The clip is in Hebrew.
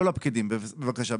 לא לפקידים בבקשה,